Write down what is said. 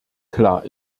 klar